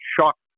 shocked